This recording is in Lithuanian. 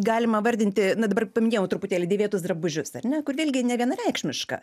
galima vardinti na dabar paminėjau truputėlį dėvėtus drabužius ar ne kur vėlgi nevienareikšmiška